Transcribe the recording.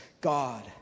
God